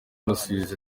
rusizi